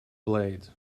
blades